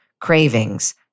cravings